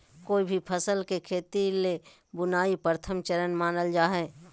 कोय भी फसल के खेती ले बुआई प्रथम चरण मानल जा हय